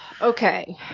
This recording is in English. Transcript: Okay